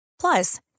Plus